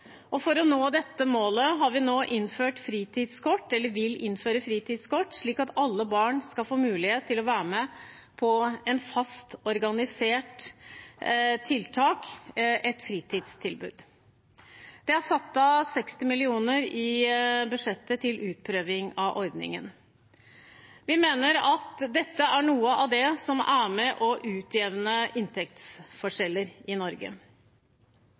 For å nå dette målet vil vi innføre fritidskort, slik at alle barn skal få mulighet til å være med på et fast, organisert fritidstilbud. Det er satt av 60 mill. kr i budsjettet til utprøving av ordningen. Vi mener dette er noe av det som er med på å utjevne inntektsforskjeller i Norge.